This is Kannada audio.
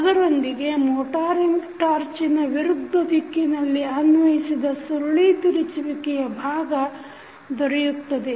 ಅದರೊಂದಿಗೆ ಮೋಟಾರ್ ಟಾರ್ಚಿನ ವಿರುದ್ಧ ದಿಕ್ಕಿನಲ್ಲಿ ಅನ್ವಯಿಸಿದ ಸುರುಳಿ ತಿರುಚುವಿಕೆ ಭಾಗ ದೊರೆಯುತ್ತದೆ